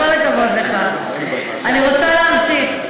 אני רוצה להמשיך.